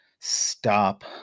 stop